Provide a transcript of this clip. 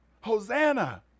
Hosanna